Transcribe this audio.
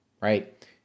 right